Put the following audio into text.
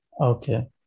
Okay